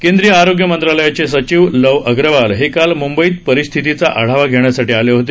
केंद्रीय आरोग्य मंत्रालयाचे सचिव लव अग्रवाल हे काल मुंबईत परिस्थितीचा आढावा घेण्यासाठी आले होते